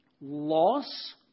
loss